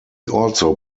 also